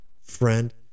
friend